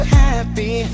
happy